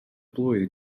blwydd